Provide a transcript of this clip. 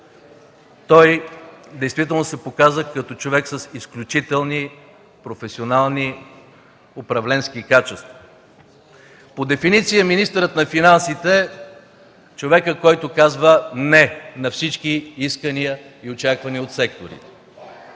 той действително се показа като човек с изключителни професионални управленски качества. По дефиниция министърът на финансите е човекът, който казва „не” на всички искания и очаквания от секторите.